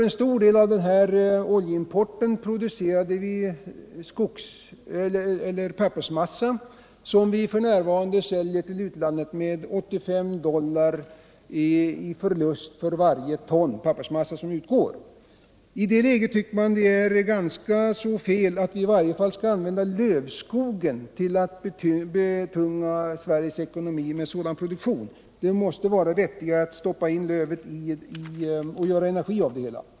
En stor del av oljan användes för att producera pappersmassa, som vi f. n. säljer till utlandet med en förlust på 85 dollar per ton. I det läget tycker jag att det är felaktigt att använda lövskogen för att betunga Sveriges ekonomi med en sådan produktion. Det måste vara vettigare att använda lövskogen för energiproduktion.